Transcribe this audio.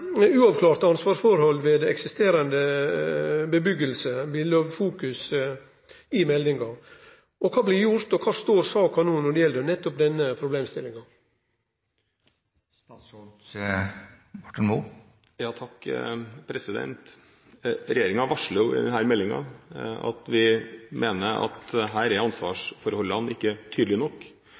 Men uavklarte ansvarsforhold ved «eksisterende bebyggelse» har fokus i meldinga. Kva blir gjort, og kvar står saka no når det gjeld nettopp denne problemstillinga? Regjeringen varsler i denne meldingen at vi mener at her er ansvarsforholdene ikke tydelige nok.